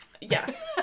Yes